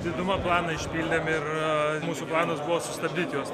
didumą planą išpildėm ir mūsų planas buvo sustabdyt juos